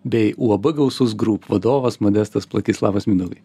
bei uab gausus grūp vadovas modestas plakys labas mindaugai